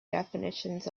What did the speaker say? definitions